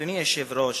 אדוני היושב-ראש,